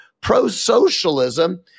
pro-socialism